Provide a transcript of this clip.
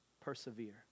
persevere